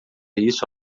isso